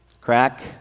crack